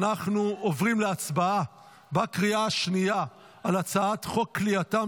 אנחנו עוברים להצבעה בקריאה שנייה על הצעת חוק כליאתם